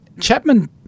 Chapman